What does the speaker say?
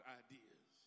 ideas